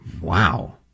wow